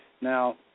Now